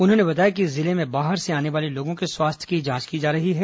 उन्होंने बताया कि जिले में बाहर से आने वाले लोगों के स्वास्थ्य की जांच की जा रही है